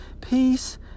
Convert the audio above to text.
Peace